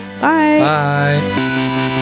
Bye